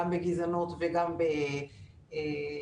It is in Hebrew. גם בגזענות וגם בסובלנות.